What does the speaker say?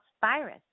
virus